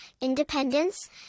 independence